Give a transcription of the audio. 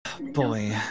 Boy